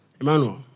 Emmanuel